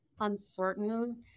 uncertain